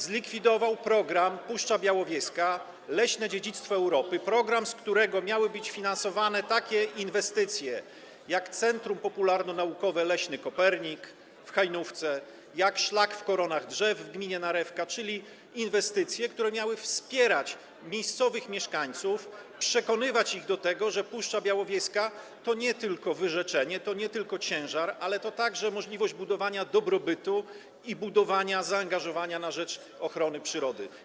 Zlikwidował program „Puszcza Białowieska - leśne dziedzictwo Europy”, z którego miały być finansowane takie inwestycje, jak leśne centrum popularnonaukowe Kopernik w Hajnówce, jak szlak w koronach drzew w gminie Narewka, czyli inwestycje, które miały wspierać miejscowych, mieszkańców, przekonywać ich do tego, że Puszcza Białowieska to nie tylko wyrzeczenie, to nie tylko ciężar, ale także możliwość budowania dobrobytu i zaangażowania na rzecz ochrony przyrody.